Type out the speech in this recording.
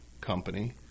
company